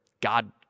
God